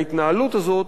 ההתנהלות הזאת,